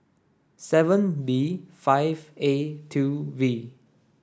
seven B five A two V